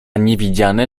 niewidziane